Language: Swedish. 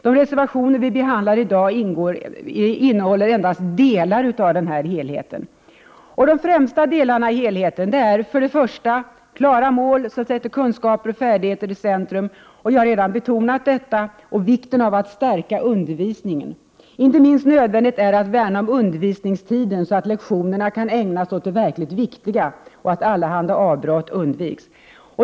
De reservationer vi behandlar i dag innehåller endast delar av helheten. De främsta delarna i helheten är: 1. Klara mål som sätter kunskaper och färdigheter i centrum. Jag har redan betonat detta och vikten av att stärka undervisningen. Inte minst nödvändigt är det att värna om undervisningstiden, så att lektionerna kan ägnas åt det verkligt viktiga och att allehanda avbrott undviks.